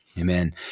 Amen